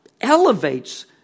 elevates